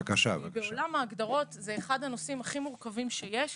בעולם ההגדרות זה אחד הנושאים הכי מורכבים שיש.